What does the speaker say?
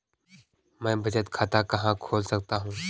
मैं बचत खाता कहाँ खोल सकता हूँ?